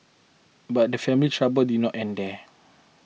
but the family's trouble did not end there